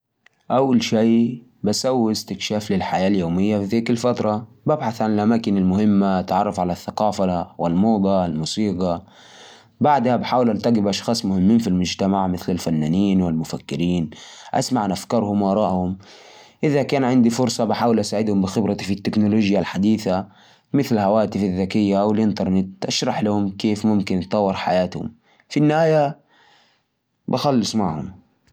لو رجعت خمسين سنة، أول شيء أستغل الفرصة أتعرف على الحياة زمان. أتواصل مع الناس وأفهم كيف كانت حياتهم وتقنياتهم. ممكن أشاركهم بعض الأفكار اللي تساعدهم يتقدموا أسرع.زي التطورات في التكنولوجيا أو الصحة. كمان أستمتع بالعيش في زمن أقل تعقيد. وأحاول أتعلم منهم البساطة والروابط القوية بين الناس.